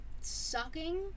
sucking